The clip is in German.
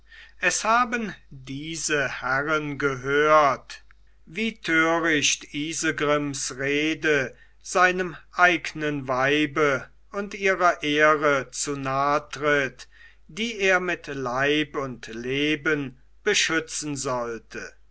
es haben diese herren gehört wie töricht isegrims rede seinem eignen weibe und ihrer ehre zu nah tritt die er mit leib und leben beschützen sollte